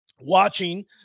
watching